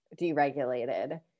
deregulated